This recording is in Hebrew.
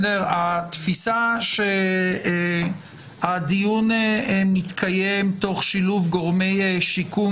התפיסה שהדיון מתקיים תוך שילוב גורמי שיקום